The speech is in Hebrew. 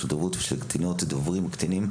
קטינות וקטינות.